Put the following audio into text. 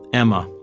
emma.